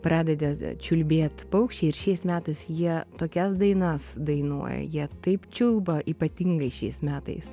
pradeda čiulbėt paukščiai ir šiais metais jie tokias dainas dainuoja jie taip čiulba ypatingai šiais metais